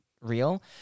real